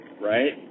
right